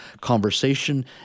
conversation